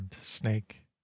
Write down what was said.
snake